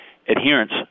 adherence